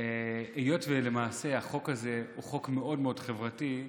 היות שלמעשה החוק הזה הוא חוק מאוד מאוד חברתי,